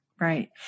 Right